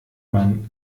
man